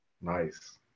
Nice